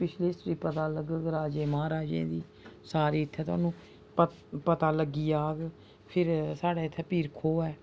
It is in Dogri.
पिछली हिस्ट्री पता लगग राजें म्हाराजें दी सारी इत्थै थुहानू पता लग्गी जाह्ग फ्ही साढ़ै इत्थै पीर खोह् ऐ